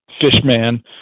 fishman